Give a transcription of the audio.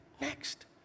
next